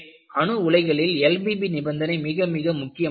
எனவே அணு உலைகளில் LBB நிபந்தனை மிக மிக முக்கியமானது